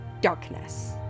darkness